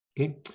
Okay